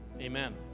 Amen